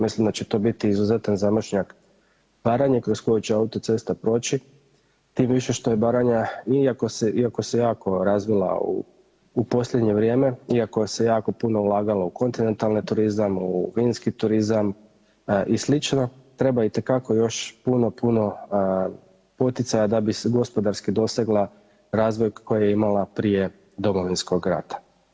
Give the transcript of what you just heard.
Mislim da će to biti izuzetan zamašnjak Baranje kroz koju će autocesta proći tim više što je Baranja iako se jako razvila u posljednje vrijeme, iako se jako puno ulagalo u kontinentalni turizam, u vinski turizam i sl. treba itekako još puno, puno poticaja da bi gospodarski dosegla razvoj koji je imala prije Domovinskog rata.